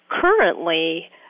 Currently